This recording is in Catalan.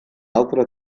altre